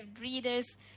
readers